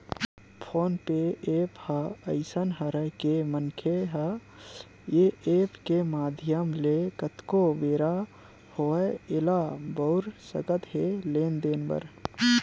phone पे app ह अइसन हरय के मनखे ह ऐ ऐप के माधियम ले कतको बेरा होवय ऐला बउर सकत हे लेन देन बर